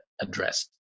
address